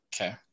Okay